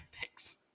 thanks